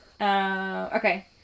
Okay